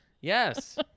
yes